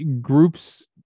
groups